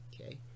Okay